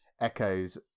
echoes